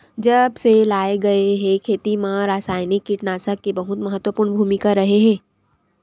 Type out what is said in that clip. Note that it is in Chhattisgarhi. जब से लाए गए हे, खेती मा रासायनिक कीटनाशक के बहुत महत्वपूर्ण भूमिका रहे हे